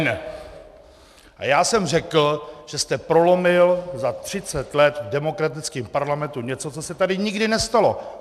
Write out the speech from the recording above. A já jsem řekl, že jste prolomil za třicet let v demokratickém parlamentu něco, co se tady nikdo nestalo!